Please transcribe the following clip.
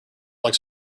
likes